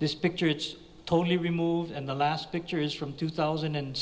this picture it's totally removed and the last picture is from two thousand and